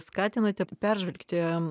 skatinote peržvelgti